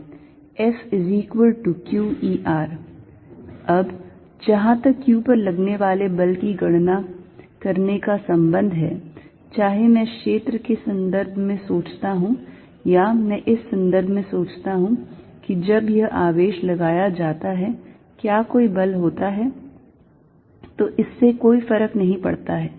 FqE अब जहाँ तक q पर लगने वाले बल की गणना करने का संबंध है चाहे मैं क्षेत्र के संदर्भ में सोचता हूँ या मैं इस संदर्भ में सोचता हूँ कि जब यह आवेश लगाया जाता है क्या कोई बल होता है तो इससे कोई फर्क नहीं पड़ता है